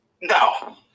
No